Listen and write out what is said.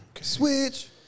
Switch